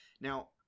Now